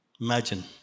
Imagine